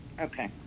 Okay